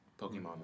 Pokemon